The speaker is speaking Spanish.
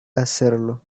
hacerlo